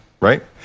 right